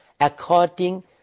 according